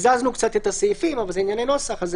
הזזנו קצת את הסעיפים, אבל זה ענייני נוסח.